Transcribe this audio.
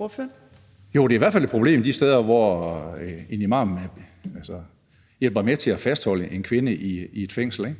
(SF): Jo, det er i hvert fald et problem de steder, hvor en imam hjælper med til at fastholde en kvinde i et fængsel.